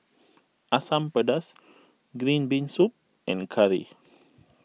Asam Pedas Green Bean Soup and Curry